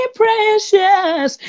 precious